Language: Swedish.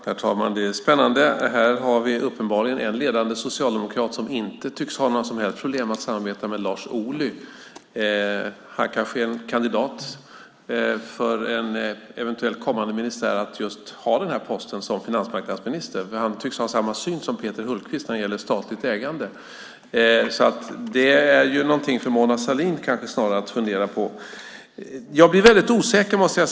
Herr talman! Det är spännande. Här har vi uppenbarligen en ledande socialdemokrat som inte tycks ha några som helst problem att samarbeta med Lars Ohly. Han kanske är en kandidat för en eventuellt kommande ministär att just ha posten som finansmarknadsminister eftersom han tycks ha samma syn som Peter Hultqvist när det gäller statligt ägande. Det kanske snarare är något för Mona Sahlin att fundera på. Jag måste säga att jag blir väldigt osäker.